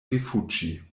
rifuĝi